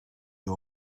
you